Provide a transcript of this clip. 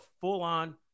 full-on